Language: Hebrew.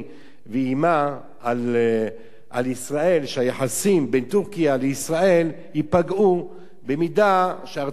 ואיימה על ישראל שהיחסים בין טורקיה לישראל ייפגעו במידה שארצות-הברית,